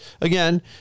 again